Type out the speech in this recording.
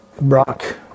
Brock